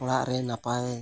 ᱚᱲᱟᱜ ᱨᱮ ᱱᱟᱯᱟᱭ